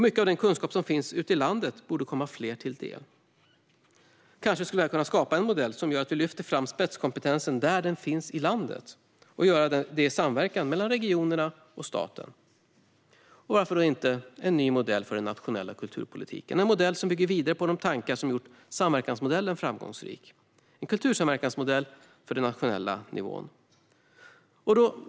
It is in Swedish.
Mycket av den kunskap som finns ute i landet borde komma fler till del. Kanske kan vi skapa en modell som gör att vi lyfter fram spetskompetensen där den finns i landet, i samverkan mellan regionerna och staten. Varför då inte skapa en ny modell för den nationella kulturpolitiken som bygger vidare på de tankar som gjort samverkansmodellen framgångsrik, en kultursamverkansmodell för den nationella nivån?